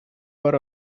were